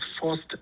forced